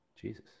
Jesus